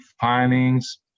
findings